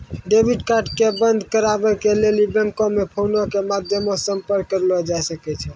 debit card के बंद कराबै के लेली बैंको मे फोनो के माध्यमो से संपर्क करलो जाय सकै छै